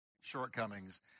shortcomings